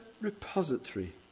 repository